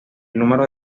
número